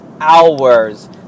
hours